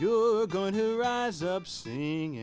you're going to rise up seeing